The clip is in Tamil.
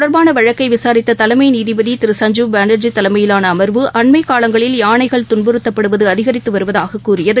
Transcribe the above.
தொடர்பானவழக்கைவிசாரித்ததலைமைநீதிபதிதிரு சஞ்சீப் பானர்ஜி தலைமையிலானஅமர்வு இது அண்மைக்காலங்களில் யானைகள் துன்புறுத்தப்படுவதுஅதிகரித்துவருவதாககூறியது